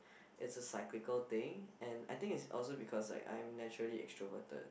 it's a cyclical thing and I think is also because like I'm naturally extroverted